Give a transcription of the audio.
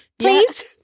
Please